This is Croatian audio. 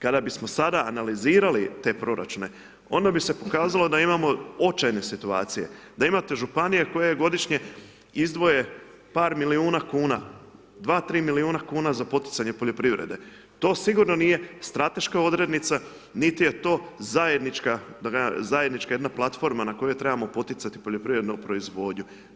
Kada bismo sada analizirali te proračune, onda bi se pokazalo da imamo očajne situacije, da imamo županije koje godišnje izdvoje par milijuna kn, 2, 3 milijuna kn za poticanje poljoprivrede, to sigurno nije strateška odrednica, niti je to zajednička jedna platforma na kojoj trebamo poticati poljoprivrednu proizvodnju.